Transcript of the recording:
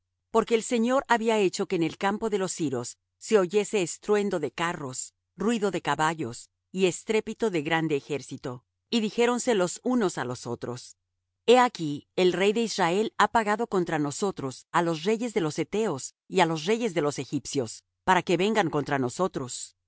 porque el señor había hecho que en el campo de los siros se oyese estruendo de carros ruido de caballos y estrépito de grande ejército y dijéronse los unos á los otros he aquí el rey de israel ha pagado contra nosotros á los reyes de los heteos y á los reyes de los egipcios para que vengan contra nosotros